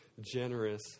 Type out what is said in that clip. generous